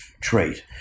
trait